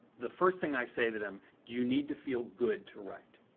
the first thing i say to them you need to feel good to write.